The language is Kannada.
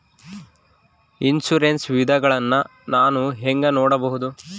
ಇನ್ಶೂರೆನ್ಸ್ ವಿಧಗಳನ್ನ ನಾನು ಹೆಂಗ ನೋಡಬಹುದು?